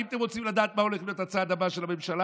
ואם אתם רוצים לדעת מה הולך להיות הצעד הבא של הממשלה,